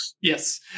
Yes